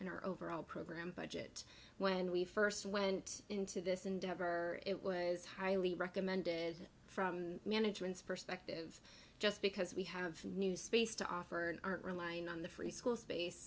in our overall program budget when we first went into this endeavor it was highly recommended from management's perspective just because we have a new space to offer in aren't relying on the free school space